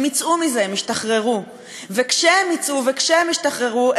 הם יצאו מזה, הם ישתחררו.